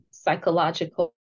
Psychological